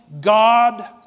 God